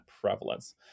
prevalence